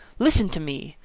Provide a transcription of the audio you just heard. listen to me.